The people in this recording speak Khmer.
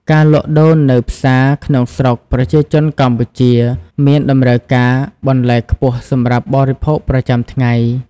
ការលក់ដូរនៅផ្សារក្នុងស្រុកប្រជាជនកម្ពុជាមានតម្រូវការបន្លែខ្ពស់សម្រាប់បរិភោគប្រចាំថ្ងៃ។